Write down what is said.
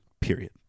Period